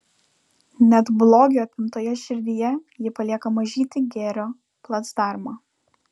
net blogio apimtoje širdyje ji palieka mažytį gėrio placdarmą